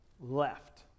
left